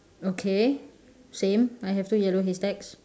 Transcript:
okay same I have two yellow haystacks